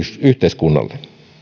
yhteiskunnalle